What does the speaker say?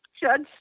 Judge